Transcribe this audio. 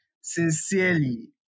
Sincerely